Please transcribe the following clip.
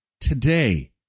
today